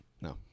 No